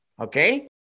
okay